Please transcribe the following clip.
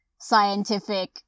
scientific